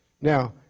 Now